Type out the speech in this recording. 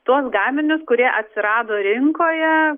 tuos gaminius kurie atsirado rinkoje